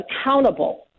accountable